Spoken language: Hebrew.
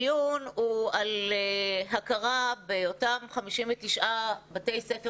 הדיון הוא על הכרה באותם 59 בתי ספר